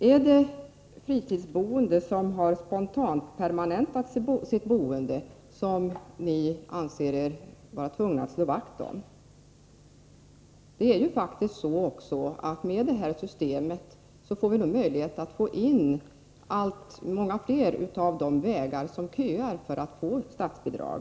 Är det fritidsboende personer som spontanpermanentat sitt boende som ni anser er vara tvungna att slå vakt om? Med det här systemet får vi möjlighet att få in många fler av de vägar i systemet som köar för att få statsbidrag.